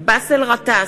באסל גטאס,